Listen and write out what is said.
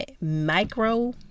micro